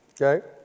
okay